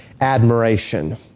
admiration